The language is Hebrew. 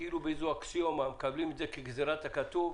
באיזו אקסיומה ומקבלים זאת כגזרת הכתוב,